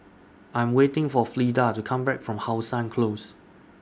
I'm waiting For Fleda to Come Back from How Sun Close